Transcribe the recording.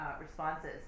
responses